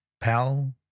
PAL